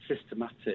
systematic